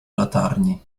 latarni